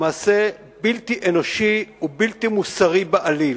ומעשה בלתי אנושי ובלתי מוסרי בעליל.